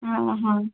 हा हा